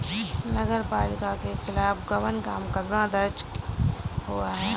नगर पालिका के खिलाफ गबन का मुकदमा दर्ज हुआ है